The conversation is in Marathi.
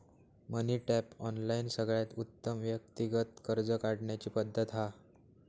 मनी टैप, ऑनलाइन सगळ्यात उत्तम व्यक्तिगत कर्ज काढण्याची पद्धत हा